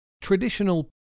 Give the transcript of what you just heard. traditional